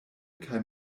kaj